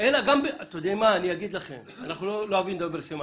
אנחנו לא אוהבים לדבר בסמנטיקה,